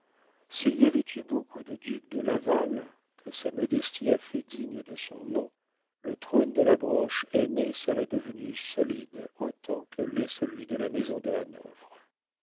s'il y avait eu beaucoup de ducs de laval que sa modestie a fait digne de son nom le trône de la branche aînée serait devenu solide autant que l'est celui de la maison de hanovre